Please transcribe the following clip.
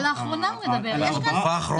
הוא מדבר על התקופה האחרונה.